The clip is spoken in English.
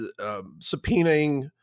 subpoenaing